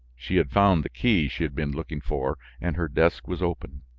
she had found the key she had been looking for and her desk was open.